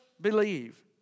believe